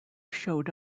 showed